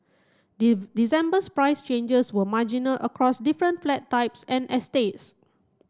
December's price changes were marginal across different flat types and estates